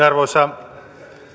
arvoisa